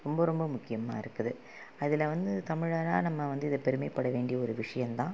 ரொம்ப ரொம்ப முக்கியமாக இருக்குது அதில் வந்து தமிழராக நம்ம வந்து இது பெருமைப்பட வேண்டிய ஒரு விஷயந்தான்